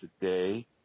today